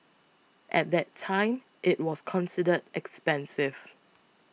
at that time it was considered expensive